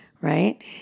right